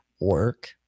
work